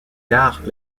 tard